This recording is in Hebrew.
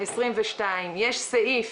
2022, יש סעיף